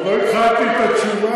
עוד לא התחלתי את התשובה,